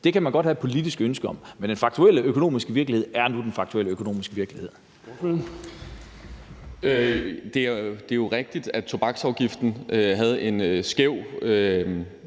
Det kan man godt have et politisk ønske om, men den faktuelle økonomiske virkelighed er nu den faktuelle økonomiske virkelighed. Kl. 10:47 Den fg. formand (Erling